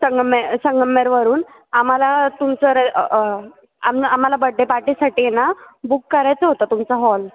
संगमे संगमनेरवरून आम्हाला तुमचं रे आम आम्हाला बड्डे पार्टीसाठी आहे ना बुक करायचं होतं तुमचा हॉल